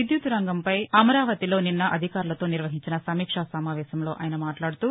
విద్యుత్తు రంగంపై అమరావతిలో నిన్న అధికారులతో నిర్వహించిన సమీక్షా సమావేశంలో ఆయన మాట్లాడుతూ